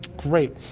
great.